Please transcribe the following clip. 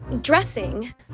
dressing